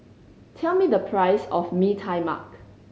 tell me the price of Mee Tai Mak